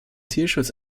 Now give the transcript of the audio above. tierschutz